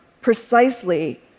precisely